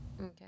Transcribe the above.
Okay